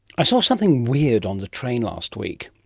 i saw something weird on the train last week.